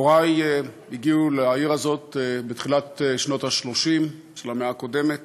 הורי הגיעו לעיר הזאת בתחילת שנות ה-30 של המאה הקודמת